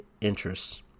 interests